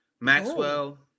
Maxwell